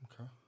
Okay